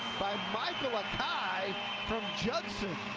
by michael akai from judson.